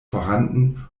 vorhanden